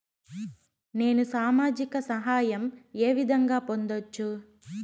నేను సామాజిక సహాయం వే విధంగా పొందొచ్చు?